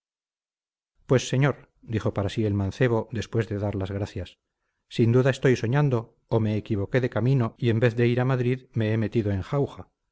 pues señor dijo para sí el mancebo después de dar las gracias sin duda estoy soñando o me equivoqué de camino y en vez de ir a madrid me he metido en jauja